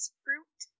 fruit